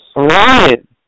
Right